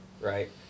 right